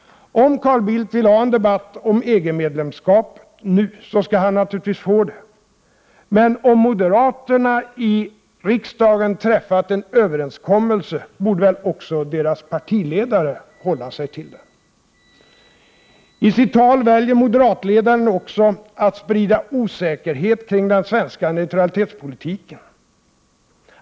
Om Carl Bildt vill ha en debatt om EG-medlemskap nu, skall han naturligtvis få det. Men om moderaterna i riksdagen har träffat en överenskommelse, borde väl också deras partiledare hålla sig till den. I sitt tal väljer moderatledaren också att sprida osäkerhet kring den svenska neutralitetspolitiken.